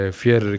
fear